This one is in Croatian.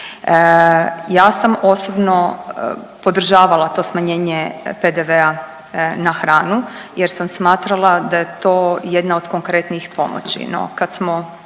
Ja sam osobno podržavala to smanjenje PDV na hranu jer sam smatrala da je to jedna od konkretnijih pomoći.